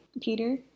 Peter